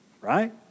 right